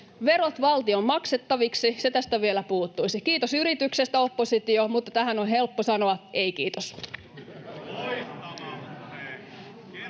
Verot valtion maksettaviksi — se tästä vielä puuttuisi. Kiitos yrityksestä, oppositio, mutta tähän on helppo sanoa: ei kiitos.